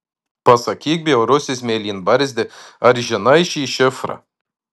pasakyk bjaurusis mėlynbarzdi ar žinai šį šifrą